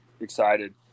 excited